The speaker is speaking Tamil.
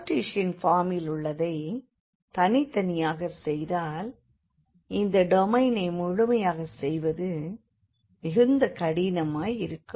கார்டீசன் பர்மிலுள்ளதை தனித்தனியாகச் செய்தால் இந்தடொமைனை முழுமை செய்வது மிகுந்த கடினமாயிருக்கும்